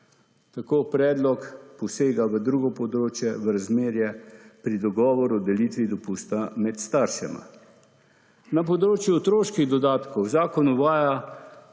Tako predlog posega v drugo področje, v razmerje pri dogovoru o delitvi dopusta med staršema. Na področju otroških dodatkov zakon uvaja